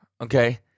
Okay